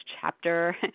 chapter